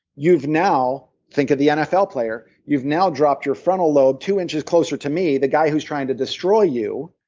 you've now, think of the nfl player, you've now dropped your frontal lobe two inches closer to me, the guy who's trying to destroy you.